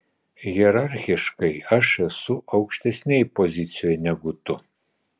hierarchiškai aš esu aukštesnėj pozicijoj negu tu